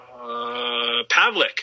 Pavlik